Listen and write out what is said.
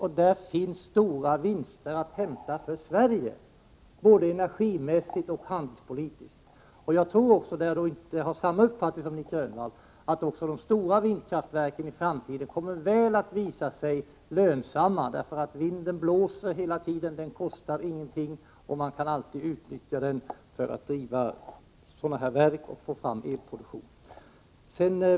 Av detta finns stora fördelar att dra för oss i Sverige, både energimässigt och handelspolitiskt. Jag tror i motsats till Nic Grönvall att också de stora vindkraftverken i framtiden kommer att visa sig vara väl så lönsamma — vinden blåser ju hela tiden, den kostar ingenting och den kan alltid utnyttjas för att driva kraftverk som producerar elenergi.